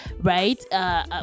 right